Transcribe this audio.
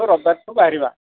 ରବିବାର ଠୁ ବାହାରିବା